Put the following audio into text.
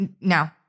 No